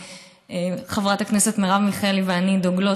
חברת הכנסת מרב מיכאלי ואני דוגלות